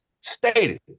stated